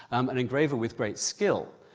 an engraver with great skill,